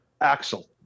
Axel